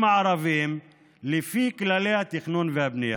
הערביים לפי כללי התכנון והבנייה.